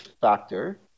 factor